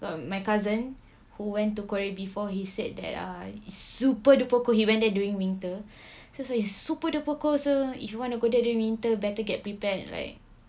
my cousin who went to korea before he said that ah it's super duper cold he went there during winter so so it's super duper cold so if you want to go there during winter better get prepared like